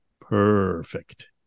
perfect